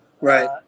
Right